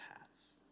hats